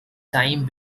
time